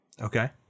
Okay